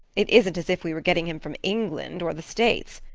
it isn't as if we were getting him from england or the states.